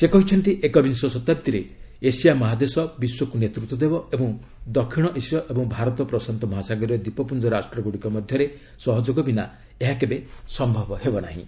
ସେ କହିଛନ୍ତି ଏକବିଂଶ ଶତାବ୍ଦୀରେ ଏସିଆ ମହାଦେଶ ବିଶ୍ୱକୁ ନେତୃତ୍ୱ ଦେବ ଓ ଦକ୍ଷିଣ ଏସୀୟ ଏବଂ ଭାରତ ପ୍ରଶାନ୍ତ ମହାସାଗରୀୟ ଦ୍ୱୀପପୁଞ୍ଜ ରାଷ୍ଟ୍ରଗୁଡ଼ିକ ମଧ୍ୟରେ ସହଯୋଗ ବିନା ଏହା ସମ୍ଭବ ହେବ ନାହିଁ